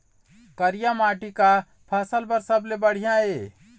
करिया माटी का फसल बर सबले बढ़िया ये?